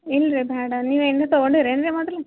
ಇಲ್ಲ ರೀ ಬೇಡ ನೀವು ಏನು ತಗೊಂಡಿರೇನು ರೀ ಮೊದ್ಲು